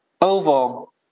oval